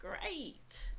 great